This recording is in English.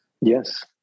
Yes